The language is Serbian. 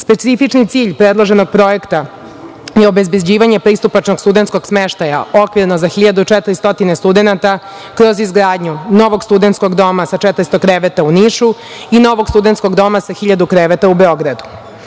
primanjima. Specifični cilj predloženog projekta je obezbeđivanje pristupačnog studentskog smeštaja okvirno za 1.400 studenata kroz izgradnju novog studentskog doma sa 400 kreveta u Nišu i novog studentskog doma sa 1.000 kreveta u Beogradu. Prema